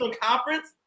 Conference